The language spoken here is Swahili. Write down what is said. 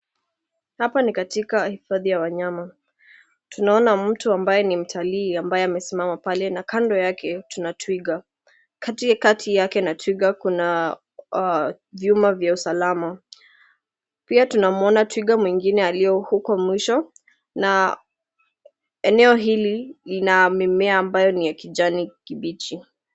Hapa ni katika hifadhi ya wanyama. Tunaona mtu ambaye ni mtalii ambaye amesimama pale, na kando yake kuna twiga. Kati yake na twiga kuna vyuma vya usalama. Pia tunamwona twiga mwingine aliye huko mwisho, na eneo hili lina mimea ambayo ni ya kijani kibichi.